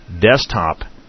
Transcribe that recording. desktop